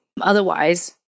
Otherwise